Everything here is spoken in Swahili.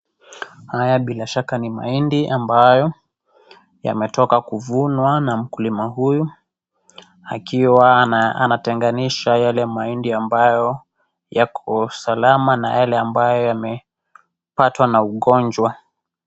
Haya bila shaka ni mahindi ambayo yametoka kuvunwa na mkulima huyu akiwa anatenganisha yale mahindi ambayo yako salama na yale ambayo yamepatwa na ugonjwa.